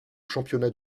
championnats